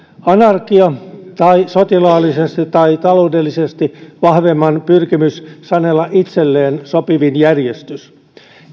anarkia tai sotilaallisesti tai taloudellisesti vahvemman pyrkimys sanella itselleen sopivin järjestys